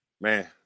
man